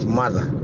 mother